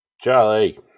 Charlie